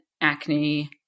acne